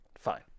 fine